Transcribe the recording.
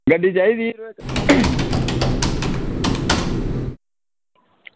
गड्डी चाहिदी में इक्क